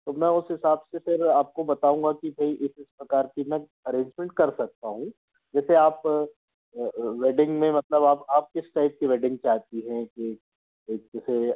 तो मैं उस हिसाब से फिर आपको बताऊँगा कि कहीं इस इस प्रकार की मैं अरेंजमेंट कर सकता हूँ जैसे आप वेडिंग में मतलब अब आप किस टाइप की वेडिंग चाहती हैं कि एक जिसे